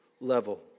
level